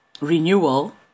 renewal